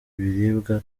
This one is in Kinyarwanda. ibiribwa